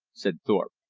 said thorpe.